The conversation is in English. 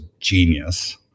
genius